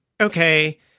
okay